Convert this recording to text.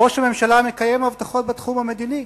ראש הממשלה מקיים הבטחות בתחום המדיני,